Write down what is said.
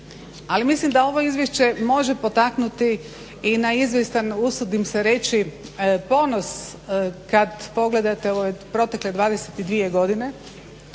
Ali mislim da ovo izvješće može potaknuti i na izvjestan usudim se reći ponos kada pogledate ove protekle 22 godine